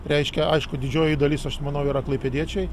reiškia aišku didžioji dalis aš manau yra klaipėdiečiai